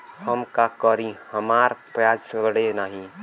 हम का करी हमार प्याज सड़ें नाही?